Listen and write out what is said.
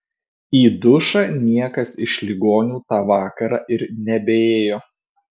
į dušą niekas iš ligonių tą vakarą ir nebeėjo